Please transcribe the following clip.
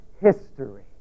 history